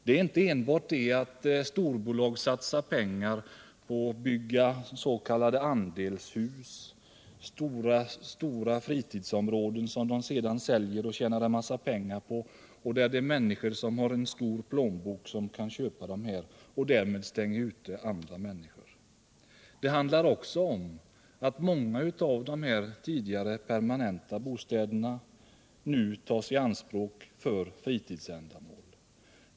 Det är inte enbart detta att storbolag satsar pengar på att bygga s.k. andelshus — stora fritidsområden som de sedan säljer och tjänar en massa pengar på — och att personer som har en stor plånbok kan köpa tomterna och därmed stänga ute andra människor. Det handlar också om att många av de tidigare permanenta bostäderna nu tas i anspråk för fritidsändamål.